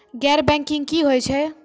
गैर बैंकिंग की होय छै?